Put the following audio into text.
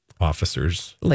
officers